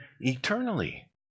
eternally